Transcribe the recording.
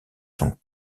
sont